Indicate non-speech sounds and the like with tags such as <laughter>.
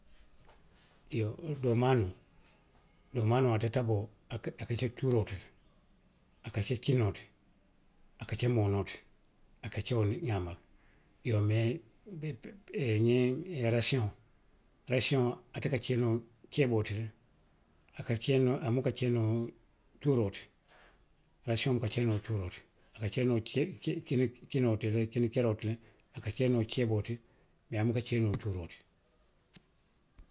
Iyoo doo maanoo. doo maanoo ate taboo, a ka ke, a ka ke cuuroo ti le, a ka ke kinoo ti, a ka ke moonoo ti, a ka ke wo le xaama. Iyoo mee <hesitation> ŋiŋ rasiyoŋo, rasiyoŋo ate ka ke noo ceeboo ti le, a ka ke noo, a buka ke noo cuuroo ti. rasiyoŋo buka ke noo cuuroo ti le. A ka ke noo, kini, kini kinoo ti le, kini keroo ti le, a ke noo ceeboo ti mee a buka ke noo cuuroo tii.